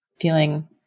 feeling